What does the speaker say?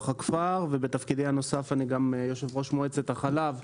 הכפר ובתפקידי הנוסף אני גם יו"ר מועצת החלב,